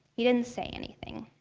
he didn't say anything.